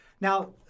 Now